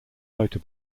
motor